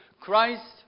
Christ